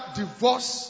divorce